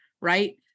right